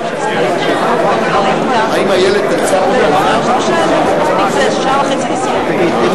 הילד שנמצא מאחורי הזכוכית קם כרגע.